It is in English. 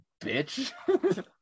bitch